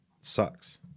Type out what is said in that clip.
Sucks